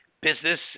business